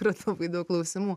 yra labai daug klausimų